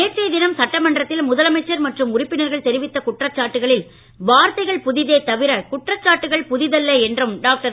நேற்றைய தினம் சட்டமன்றத்தில் முதலமைச்சர் மற்றும் உறுப்பினர்கள் தெரிவித்த குற்றச்சாட்டுகளில் வார்த்தைகள் புதிதே தவிர குற்றச்சாட்டுக்கள் புதிதல்ல என்றும் டாக்டர்